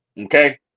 okay